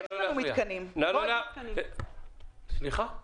יש לנו מתקנים --- את מוזמנת תמיד לכנסת,